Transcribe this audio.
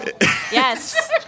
Yes